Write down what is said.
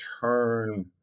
turn